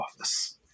office